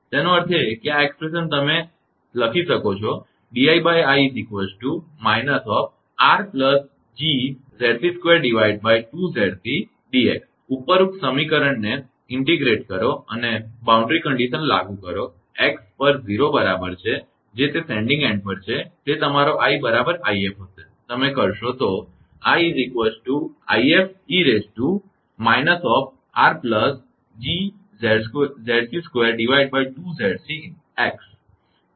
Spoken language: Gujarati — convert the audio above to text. તેનો અર્થ એ કે આ અભિવ્યક્તિ તમે તે લખી શકો છો ઉપરોક્ત સમીકરણને સંકલિત કરો અને બાઉન્ડ્રી શરત લાગુ કરો x પર 0 બરાબર છે જે તે સેન્ડીંગ એન્ડ પર છે તે તમારો i બરાબર 𝑖𝑓 છે તમે કરશો આ સમીકરણ 107 છે